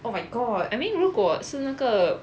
oh my god I mean 如果是那个